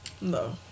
No